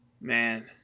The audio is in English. man